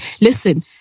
listen